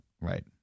right